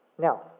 Now